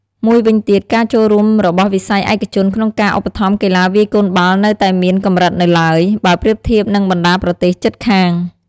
មួយវិញទៀត ការចូលរួមរបស់វិស័យឯកជនក្នុងការឧបត្ថម្ភកីឡាវាយកូនបាល់នៅតែមានកម្រិតនៅឡើយ បើប្រៀបធៀបនឹងបណ្តាប្រទេសជិតខាង។